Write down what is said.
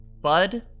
Bud